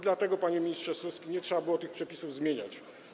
Dlatego, panie ministrze Suski, nie trzeba było tych przepisów zmieniać.